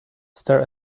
stare